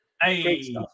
Hey